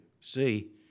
see